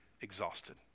exhausted